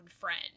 friend